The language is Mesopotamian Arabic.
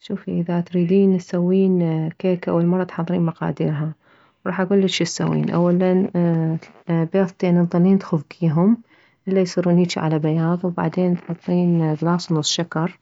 شوفي اذا تريدين تسوين كيكة اول مرة تحضرين مقاديره راح اكلج شتسوين اولا بيضتين تظلين تخفكيهم الا يصيرون هيج على بياض وبعدين تحطين كلاص ونص شكر